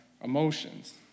emotions